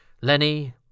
Lenny